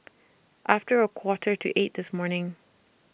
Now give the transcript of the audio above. after A Quarter to eight This morning